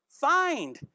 Find